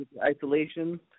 Isolation